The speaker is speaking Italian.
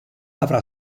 avrà